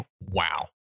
wow